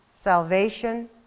salvation